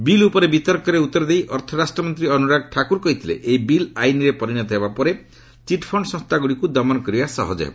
bill ଉପରେ ବିତର୍କରେ ଉତ୍ତର ଦେଇ ଅର୍ଥ ରାଷ୍ଟ୍ରମନ୍ତ୍ରୀ ଅନୁରାଗ ଠାକୁର କହିଥିଲେ ଏହି ବିଲ୍ ଆଇନ୍ରେ ପରିଣତ ହେବା ପରେ ଚିଟ୍ଫଣ୍ଡ ସଂସ୍ଥାଗୁଡ଼ିକୁ ଦମନ କରିବା ସହଜ ହେବ